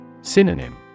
Synonym